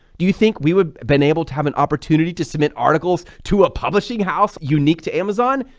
do you think we would been able to have an opportunity to submit articles to a publishing house unique to amazon?